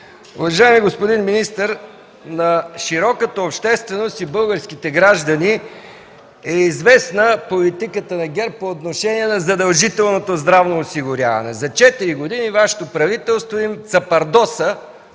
Уважаеми господин министър, на широката общественост и българските граждани е известна политиката на ГЕРБ по отношение на задължителното здравно осигуряване. За четири години Вашето правителство цапардоса